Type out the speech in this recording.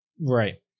Right